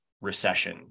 recession